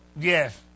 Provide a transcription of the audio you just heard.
Yes